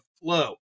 flow